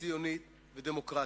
ציונית ודמוקרטית,